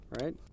Right